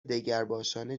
دگرباشان